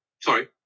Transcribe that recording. Sorry